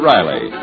Riley